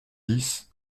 dix